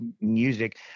music